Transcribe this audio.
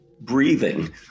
breathing